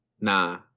Nah